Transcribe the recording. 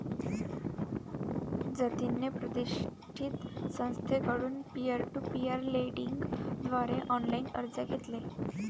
जतिनने प्रतिष्ठित संस्थेकडून पीअर टू पीअर लेंडिंग द्वारे ऑनलाइन कर्ज घेतले